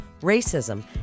racism